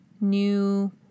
new